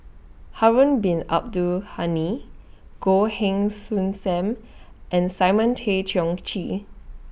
Harun Bin Abdul Ghani Goh Heng Soon SAM and Simon Tay Seong Chee